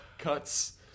cuts